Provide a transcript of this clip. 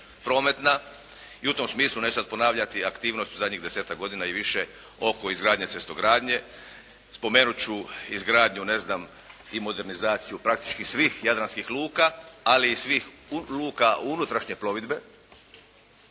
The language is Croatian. prometna. I u tom smislu, neću sada ponavljati aktivnosti u zadnjih 10-ak godina i više oko izgradnje cestogradnje. Spomenuti ću izgradnju ne znam, i modernizaciju praktički svih jadranskih luka, ali i svih luka unutrašnje plovidbe.